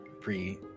pre